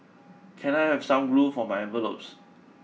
can I have some glue for my envelopes